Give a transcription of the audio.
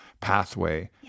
pathway